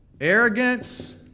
arrogance